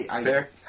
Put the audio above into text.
Fair